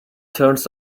turns